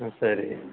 ம் சரி